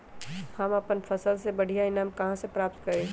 हम अपन फसल से बढ़िया ईनाम कहाँ से प्राप्त करी?